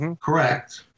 Correct